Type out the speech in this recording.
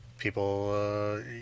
People